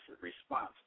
response